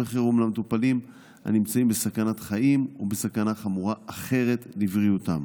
חירום למטופלים הנמצאים בסכנת חיים ובסכנה חמורה אחרת לבריאותם.